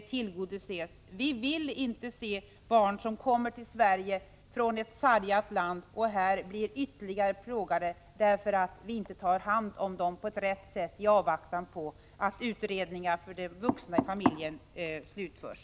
Vi vill inte se att barn som kommer till Sverige från ett sargat land blir ytterligare plågade här därför att viinte tar hand om dem på rätt sätt i avvaktan på att utredningar för de vuxna i familjen slutförs.